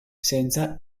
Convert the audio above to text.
senza